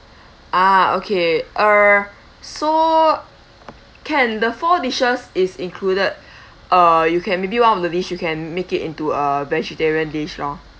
ah okay err so can the four dishes is included uh you can maybe one of the dish you can make it into a vegetarian dish lor